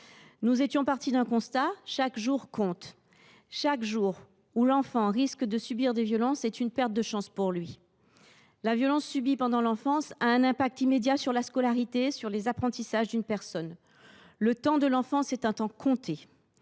Nous étions partis du constat suivant : chaque jour compte. Chaque jour où l’enfant risque de subir des violences est une perte de chance pour lui. La violence subie pendant l’enfance a un impact immédiat sur la scolarité et la capacité d’apprentissage des victimes. Le temps de l’enfance est un temps compté.